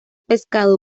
pescado